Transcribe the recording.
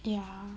ya